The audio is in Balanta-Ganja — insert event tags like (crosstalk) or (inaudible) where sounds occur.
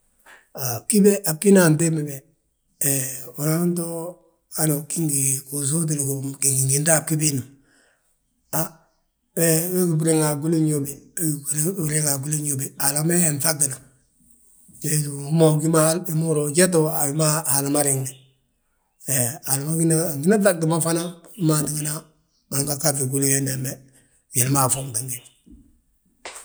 Haa, bgí be, a bgína antimbi be, he húri yaa unto hanu ugí ngi gisóotili gingíta a bgí biindi ma. Ha be gí briŋ a gwili gñóbe, we gí briŋe a gwili gñóbe, Haala ma hi nŧagdina, (unintelligible) wi ma ungí mo hal, wi ma húra ujetu, a wi ma Haala ma riŋni. (noise) He Haala gínan, angína ŧagdi mo fana (noise) wima tíngana, angagaŧi gwili giindi gembe, (noise) njali ma afuuŋti gi.